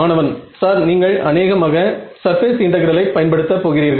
மாணவன் சார் நீங்கள் அனேகமாக சர்பேஸ் இன்டெகிரலை பயன்படுத்த போகிறீர்கள்